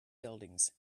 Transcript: buildings